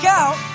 out